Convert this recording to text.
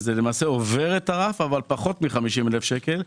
שלמעשה עובר את הרף אבל פחות מ-50,000 שקל.